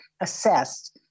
assessed